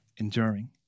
enduring